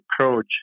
approach